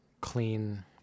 clean